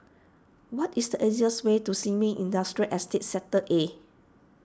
what is the easiest way to Sin Ming Industrial Estate Sector A